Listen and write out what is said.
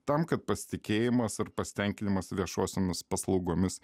tam kad pasitikėjimas ar pasitenkinimas viešosiomis paslaugomis